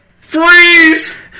freeze